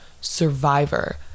survivor